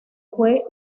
fue